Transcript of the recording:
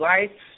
Life